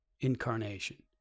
incarnation